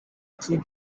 three